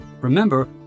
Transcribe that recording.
Remember